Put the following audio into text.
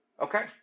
Okay